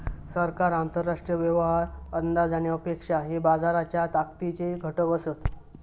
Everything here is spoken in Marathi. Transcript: सरकार, आंतरराष्ट्रीय व्यवहार, अंदाज आणि अपेक्षा हे बाजाराच्या ताकदीचे घटक असत